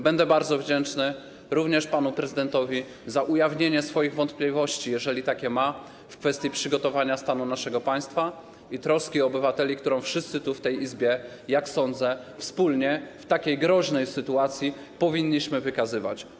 Będę bardzo wdzięczny również panu prezydentowi za ujawnienie swoich wątpliwości, jeżeli takie ma, w kwestii stanu przygotowania naszego państwa i troski obywateli, którą wszyscy tu, w tej Izbie, jak sądzę, wspólnie w takiej groźnej sytuacji powinniśmy wyrażać.